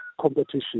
competition